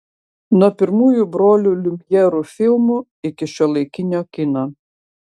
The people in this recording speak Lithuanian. nuo pirmųjų brolių liumjerų filmų iki šiuolaikinio kino